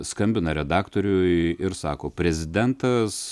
skambina redaktoriui ir sako prezidentas